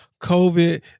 COVID